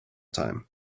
time